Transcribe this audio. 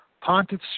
Pontiff